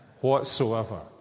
whatsoever